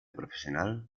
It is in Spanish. profesional